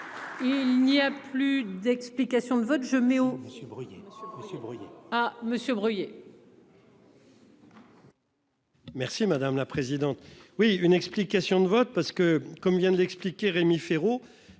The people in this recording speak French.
Il n'y a plus d'explications de vote, je mets Monsieur Bruillet monsieur à Monsieur Bruillet. Merci madame la présidente. Oui, une explication de vote parce que comme vient de l'expliquer Rémi Féraud.